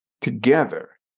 together